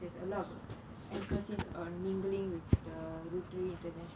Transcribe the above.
there's a lot of emphasis on mingling with the rotary international